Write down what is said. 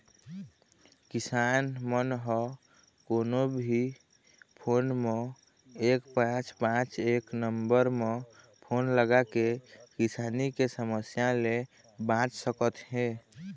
किसान मन ह कोनो भी फोन म एक पाँच पाँच एक नंबर म फोन लगाके किसानी के समस्या ले बाँच सकत हे